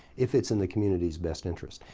if it's in the community's best interest.